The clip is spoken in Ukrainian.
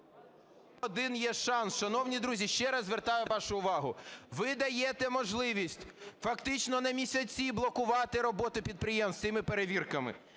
Один є шанс, шановні друзі, ще раз звертаю вашу увагу. Ви даєте можливість фактично на місяці блокувати роботу підприємств цими перевірками.